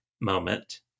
moment